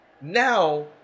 now